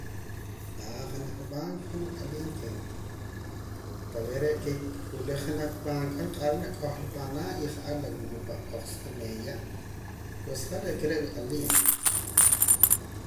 janaj banco han wat'aliim que talve re' qeeq wila junaj banco nq'ahra reh junaj na k'ohla panaa y ja'ar pan oqsajaa meeya pues han re' aka re' wat'aliim.